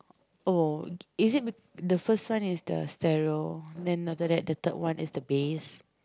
oh is it becau~ the first one is the stereo then after that the third one is the bass